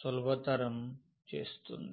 సులభతరం చేస్తుంది